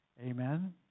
Amen